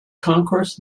concourse